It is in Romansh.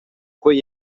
quei